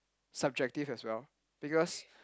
subjective as well because